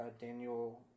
Daniel